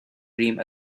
dream